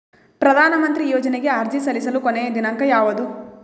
ಪ್ರಧಾನ ಮಂತ್ರಿ ಯೋಜನೆಗೆ ಅರ್ಜಿ ಸಲ್ಲಿಸಲು ಕೊನೆಯ ದಿನಾಂಕ ಯಾವದು?